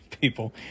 people